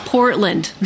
Portland